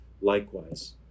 likewise